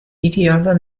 idealer